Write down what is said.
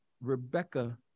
Rebecca